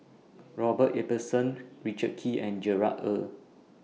Robert Ibbetson Richard Kee and Gerard Ee